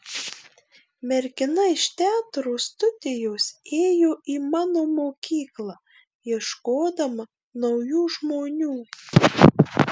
mergina iš teatro studijos ėjo į mano mokyklą ieškodama naujų žmonių